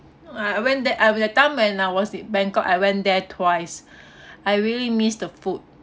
I I went there ah that time when I was in bangkok I went there twice I really miss the food